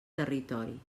territori